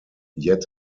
yet